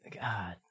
God